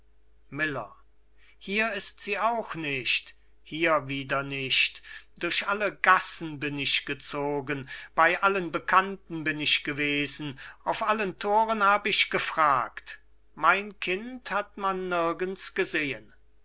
miller hier ist sie auch nicht hier wieder nicht durch alle gassen bin ich gezogen bei allen bekannten bin ich gewesen auf allen thoren hab ich gefragt mein kind hat man nirgends gesehen